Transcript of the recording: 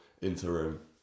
interim